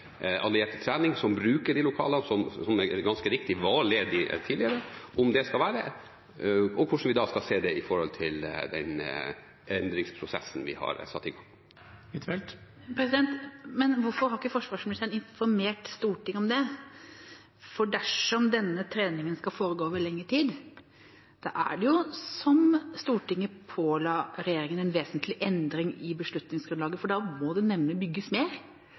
trening hvor man bruker de lokalene som ganske riktig var ledige tidligere, og hvordan vi skal se det i forhold til den endringsprosessen vi har satt i gang. Hvorfor har ikke forsvarsministeren informert Stortinget om det? Dersom denne treningen skal foregå over lengre tid, er det, som Stortinget påla regjeringen, en vesentlig endring i beslutningsgrunnlaget. Da må det bygges mer,